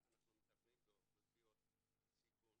אנחנו מטפלים באוכלוסיות בסיכון